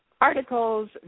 articles